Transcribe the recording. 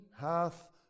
hath